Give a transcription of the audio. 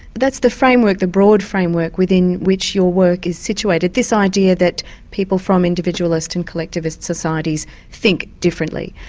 that's the framework, the broad framework within which your work is situated, this idea that people from individualist and collectivist societies think differently.